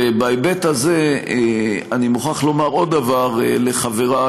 ובהיבט הזה אני מוכרח לומר עוד דבר לחבריי,